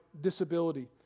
disability